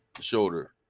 shoulder